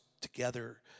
together